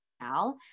now